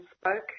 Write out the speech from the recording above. spoke